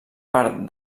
part